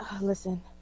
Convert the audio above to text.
Listen